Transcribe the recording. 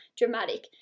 dramatic